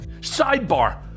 Sidebar